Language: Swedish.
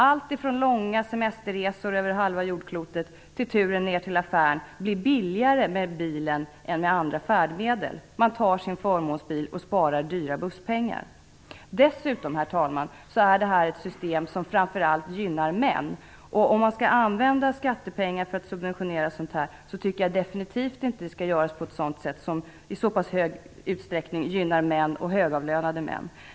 Allt ifrån långa semesterresor över halva jordklotet till turen ner till affären blir billigare med bilen än med andra färdmedel. Man tar sin förmånsbil och sparar dyra busspengar. Dessutom är detta ett system som framför allt gynnar män, herr talman. Om man skall använda skattepengar för att subventionera detta tycker jag definitivt inte att det skall göras på ett sätt som i så pass hög utsträckning gynnar män och högavlönade män.